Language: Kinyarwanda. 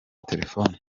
telefone